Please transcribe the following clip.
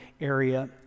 area